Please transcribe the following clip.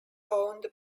owned